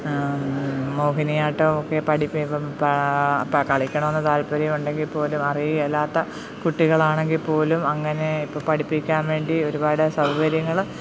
മോഹിനിയാട്ടമൊക്കെ പഠിപ്പ് ഇപ്പം കളിക്കണമെന്ന് താല്പര്യമുണ്ടെങ്കിൽ പോലും അറിയുക അല്ലാത്ത കുട്ടികളാണെങ്കിൽ പോലും അങ്ങനെ ഇപ്പം പഠിപ്പിക്കാൻ വേണ്ടി ഒരുപാട് സൗകര്യങ്ങൾ